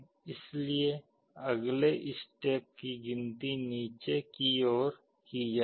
इसलिए अगले स्टेप की गिनती नीचे की ओर की जाएगी